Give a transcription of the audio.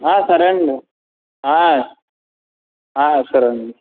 సరే అండి సరే అండి